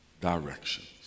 directions